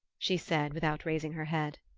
she said without raising her head.